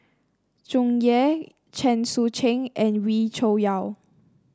Tsung Yeh Chen Sucheng and Wee Cho Yaw